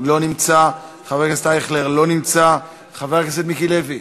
לא נמצא, חבר הכנסת אייכלר,